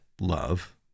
love